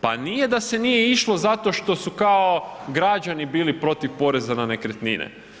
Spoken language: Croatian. Pa nije da se nije išlo zato što su kao građani bili protiv poreza na nekretnine.